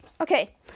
Okay